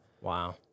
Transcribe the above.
Wow